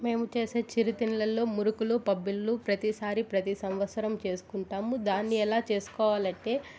మేము చేసే చిరు తిండ్లల్లో మురుకులు పబ్బిళ్ళు ప్రతిసారి ప్రతి సంవత్సరం చేసుకుంటాము దాన్ని ఎలా చేసుకోవాలంటే